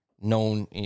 known